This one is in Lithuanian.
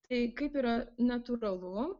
tai kaip yra natūralu